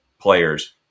players